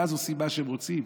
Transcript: ואז עושים מה שהם רוצים.